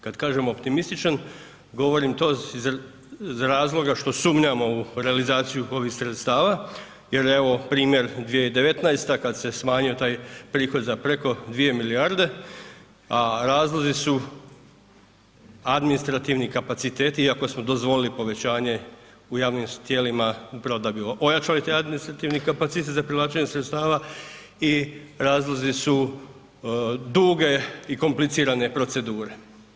Kada kažem optimističan govorim to iz razloga što sumnjamo u realizaciju ovih sredstava jer evo primjer 2019. kada se smanjio taj prihod preko 2 milijarde, a razlozi su administrativni kapaciteti iako smo dozvolili povećanje u javnim tijelima upravo da bi ojačali taj administrativni kapacitet za privlačenje sredstava i razlozi su duge i komplicirane procedure.